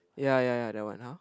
ya ya ya that one [huh]